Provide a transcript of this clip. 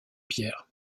pierre